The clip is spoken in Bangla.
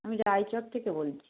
আমি রায়চক থেকে বলছি